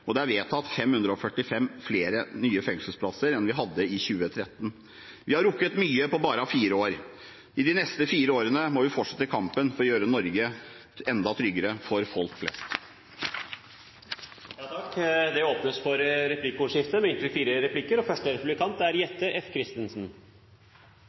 og det er vedtatt 545 flere nye fengselsplasser enn vi hadde i 2013. Vi har rukket mye på bare fire år. I de neste fire årene må vi fortsette kampen for å gjøre Norge enda tryggere for folk flest. Det blir replikkordskifte. Takk til representanten Leirstein for en rørende skryteliste. Det er